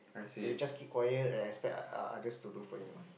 he will just keep quiet and expect uh others to do for him lah